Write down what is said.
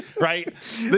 Right